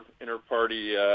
inter-party